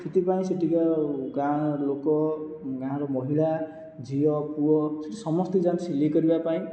ସେଥିପାଇଁ ସେ'ଠିକାର ଗାଁ ଲୋକ ଗାଁର ମହିଳା ଝିଅ ପୁଅ ସେ'ଠି ସମସ୍ତେ ଯାଆନ୍ତି ସିଲାଇ କରିବା ପାଇଁ